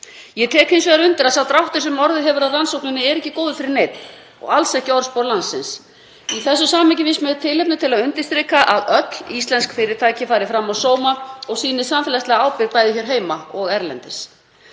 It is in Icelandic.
Ég tek hins vegar undir að sá dráttur sem orðið hefur á rannsókninni er ekki góður fyrir neinn og alls ekki orðspor landsins. Í þessu samhengi finnst mér tilefni til að undirstrika að öll íslensk fyrirtæki fari fram af sóma og sýni samfélagslega ábyrgð bæði hér heima og erlendis.